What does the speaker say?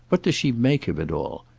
what does she make of it all?